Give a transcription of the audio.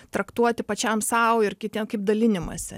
traktuoti pačiam sau ir kitiem kaip dalinimąsi